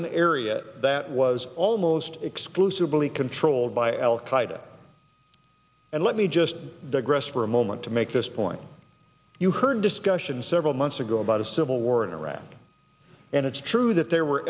an area that was almost exclusively controlled by al qaida and let me just digress for a moment to make this point you heard discussion several months ago about a civil war in iraq and it's true that there were